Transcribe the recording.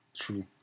True